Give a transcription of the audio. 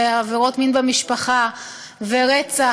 עבירות מין במשפחה ורצח,